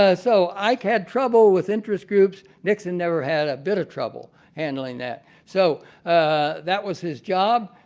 ah so, ike had trouble with interest groups. nixon never had a bit of trouble handling that. so that was his job.